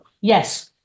Yes